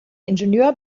ingenieur